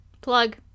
plug